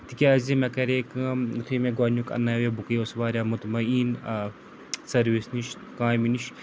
تِکیٛازِ مےٚ کَرے کٲم یُتھُے مےٚ گۄڈٕنیُک انٛناوے بہٕ گٔیوس واریاہ مطمعیٖن سٔروِس نِش کامہِ نِش